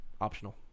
Optional